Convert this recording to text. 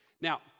Now